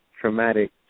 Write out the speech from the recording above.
traumatic